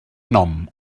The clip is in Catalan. nom